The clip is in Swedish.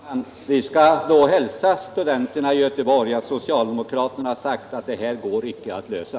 Herr talman! Vi skall då hälsa studenterna i Göteborg att socialdemokraterna sagt att det här går icke att lösa.